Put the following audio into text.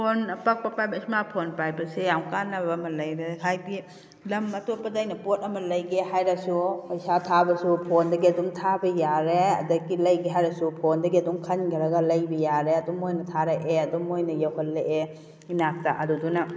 phone ꯑꯄꯥꯛꯄ ꯄꯥꯏꯕ smart phone ꯄꯥꯏꯕꯁꯦ ꯌꯥꯝ ꯀꯥꯟꯅꯕ ꯑꯃ ꯂꯩꯔꯦ ꯍꯥꯏꯗꯤ ꯂꯝ ꯑꯇꯣꯞꯄꯗ ꯑꯩꯅ ꯄꯣꯠ ꯑꯃ ꯂꯩꯒꯦ ꯍꯥꯏꯔꯁꯨ ꯄꯩꯁꯥ ꯊꯥꯕꯁꯨ ꯐꯣꯟꯗꯒꯤ ꯑꯗꯨꯝ ꯊꯥꯕ ꯌꯥꯔꯦ ꯑꯗꯒꯤ ꯂꯩꯒꯦ ꯍꯥꯏꯔꯁꯨ ꯐꯣꯟꯗꯒꯤ ꯑꯗꯨꯝ ꯈꯟꯈꯔꯒ ꯑꯗꯨꯝ ꯂꯩꯕ ꯌꯥꯔꯦ ꯑꯗꯨꯝ ꯃꯣꯏ ꯊꯥꯔꯛꯑꯦ ꯑꯗꯨꯝ ꯃꯣꯏꯅ ꯌꯧꯍꯜꯂꯛꯑꯦ ꯏꯅꯥꯛꯇ ꯑꯗꯨꯗꯅ